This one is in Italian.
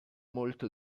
molto